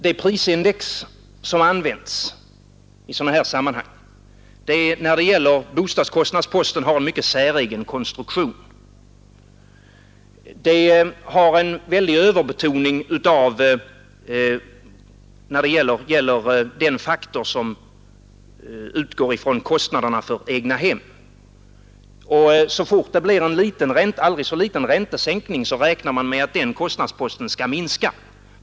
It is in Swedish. Det prisindex som används i sådana här sammanhang har när det gäller bostadskostnadsposten en mycket säregen konstruktion med en väldig överbetoning av den faktor som utgår ifrån kostnaderna för egnahem. Så fort det blir en aldrig så liten räntesänkning räknar man med att den kostnadsposten skall minska.